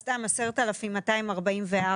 10,244,